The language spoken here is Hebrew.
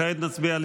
כעת נצביע על